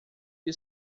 the